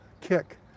kick